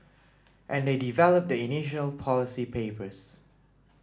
and they develop the initial policy papers